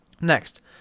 Next